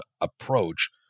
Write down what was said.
approach